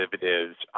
derivatives